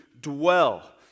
dwell